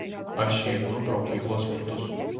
aš įeinu pro mokyklos vartus